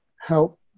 help